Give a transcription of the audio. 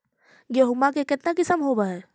गेहूमा के कितना किसम होबै है?